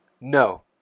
No